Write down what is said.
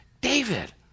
David